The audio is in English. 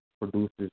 produces